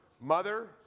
mother